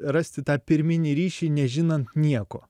rasti tą pirminį ryšį nežinant nieko